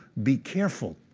be careful.